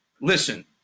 Listen